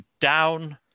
down